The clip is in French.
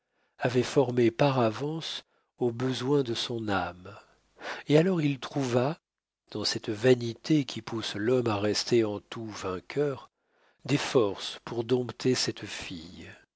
avait formée par avance aux besoins de son âme et alors il trouva dans cette vanité qui pousse l'homme à rester en tout vainqueur des forces pour dompter cette fille